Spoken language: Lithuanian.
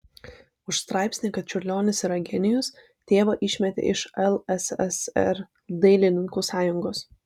už straipsnį kad čiurlionis yra genijus tėvą išmetė iš lssr dailininkų sąjungos